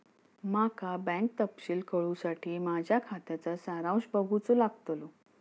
माका बँक तपशील कळूसाठी माझ्या खात्याचा सारांश बघूचो लागतलो